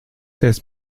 des